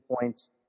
points